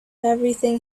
everything